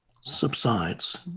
subsides